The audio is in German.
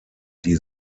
die